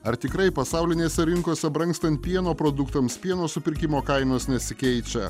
ar tikrai pasaulinėse rinkose brangstant pieno produktams pieno supirkimo kainos nesikeičia